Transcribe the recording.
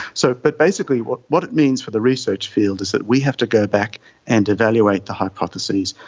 so but basically what what it means for the research field is that we have to go back and evaluate the hypotheses.